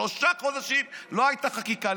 שלושה חודשים לא הייתה חקיקה.